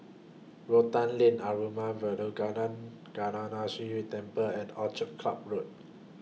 Rotan Lane Arulmigu Velmurugan Gnanamuneeswarar Temple and Orchid Club Road